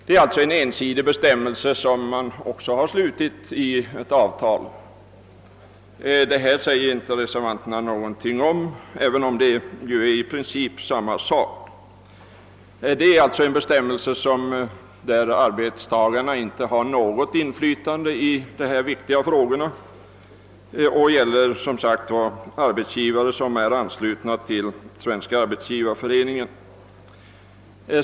Det är alltså en ensidig bestämmelse som det träffats avtal om, men den saken nämner inte reservanterna, även om det i princip är samma sak. Enligt den bestämmelsen har arbetstagarna inte något inflytande i dessa viktiga frågor. Det gäller som sagt arbetsgivare som är anslutna till Svenska arbetsgivareföreningen.